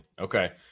Okay